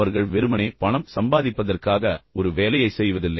அவர்கள் வெறுமனே பணம் சம்பாதிப்பதற்காக ஒரு வேலையைச் செய்வதில்லை